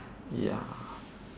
ya